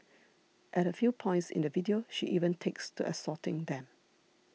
at a few points in the video she even takes to assaulting them